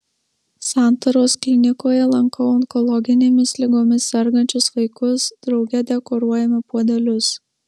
santaros klinikoje lankau onkologinėmis ligomis sergančius vaikus drauge dekoruojame puodelius